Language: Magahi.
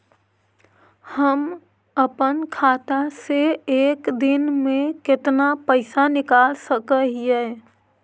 हम अपन खाता से एक दिन में कितना पैसा निकाल सक हिय?